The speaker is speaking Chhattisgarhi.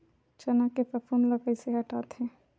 चना के फफूंद ल कइसे हटाथे?